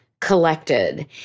collected